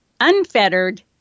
unfettered